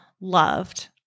loved